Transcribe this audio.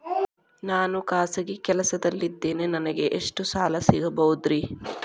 ನಾನು ಖಾಸಗಿ ಕೆಲಸದಲ್ಲಿದ್ದೇನೆ ನನಗೆ ಎಷ್ಟು ಸಾಲ ಸಿಗಬಹುದ್ರಿ?